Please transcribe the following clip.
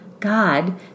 God